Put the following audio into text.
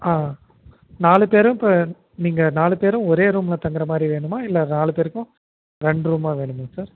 ஆ நாலு பேரும் இப்போ நீங்கள் நாலு பேரும் ஒரே ரூம்ல தங்குறமாதிரி வேணுமா இல்லை நாலு பேருக்கும் ரெண்டு ரூம்மாக வேணுமா சார்